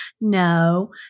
No